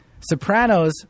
Sopranos